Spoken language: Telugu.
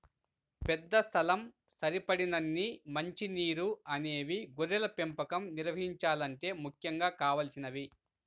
పెద్ద స్థలం, సరిపడినన్ని మంచి నీరు అనేవి గొర్రెల పెంపకం నిర్వహించాలంటే ముఖ్యంగా కావలసినవి